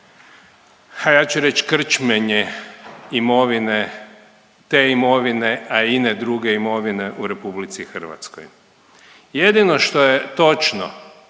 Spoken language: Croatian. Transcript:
ha ja ću reći krčmenje imovine, te imovine, a i ine druge imovine u RH. Jedino što je točno